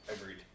Agreed